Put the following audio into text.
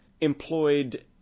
employed